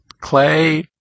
Clay